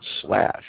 slash